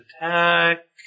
attack